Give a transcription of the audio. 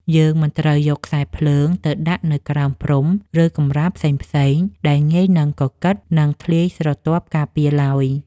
យើងមិនត្រូវយកខ្សែភ្លើងទៅដាក់នៅក្រោមព្រំ ឬកម្រាលផ្សេងៗដែលងាយនឹងកកិត និងធ្លាយស្រទាប់ការពារឡើយ។